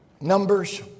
Numbers